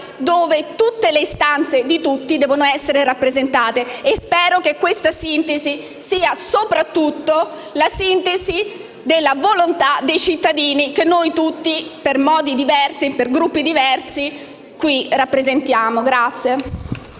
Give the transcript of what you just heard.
dove le istanze di tutti devono essere rappresentate. Spero che questa sia soprattutto la sintesi della volontà dei cittadini che noi tutti, in modi diversi, e con Gruppi diversi, qui rappresentiamo.